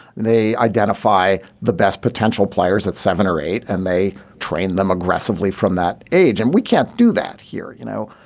they identify the best potential players at seven or eight and they train them aggressively from that age and we can't do that here you know.